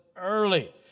early